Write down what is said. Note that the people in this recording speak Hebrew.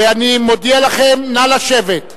אני מודיע לכם, נא לשבת.